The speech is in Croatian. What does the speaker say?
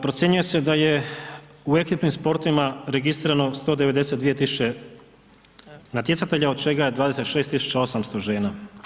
Procjenjuje se da je u ekipnim sportovima registrirano 192 tisuće natjecatelja od čega je 26 tisuća 800 žena.